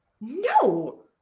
No